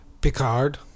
Picard